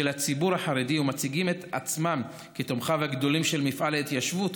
הציבור החרדי ומציגים את עצמם כתומכיו הגדולים של מפעל ההתיישבות,